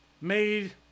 made